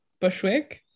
Bushwick